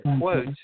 quote